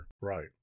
Right